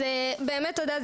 אז באמת תודה,